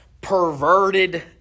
perverted